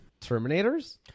Terminators